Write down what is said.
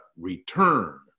return